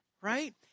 right